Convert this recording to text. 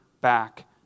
back